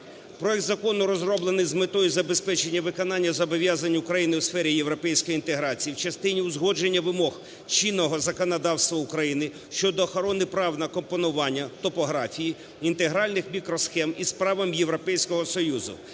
Проект закону розроблений з метою забезпечення виконання зобов'язань України у сфері європейської інтеграції в частині узгодження вимог чинного законодавства України щодо охорони прав на компонування (топографії) інтегральних мікросхем з правом Європейського Союзу.